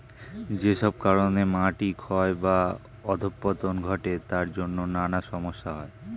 যেসব কারণে মাটি ক্ষয় বা অধঃপতন ঘটে তার জন্যে নানা সমস্যা হয়